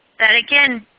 that again,